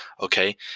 okay